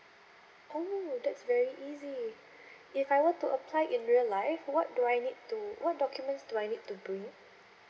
oh that's very easy if I were to apply in real life what do I need to what documents do I need to bring